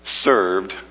served